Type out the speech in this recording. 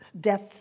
death